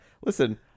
Listen